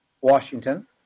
Washington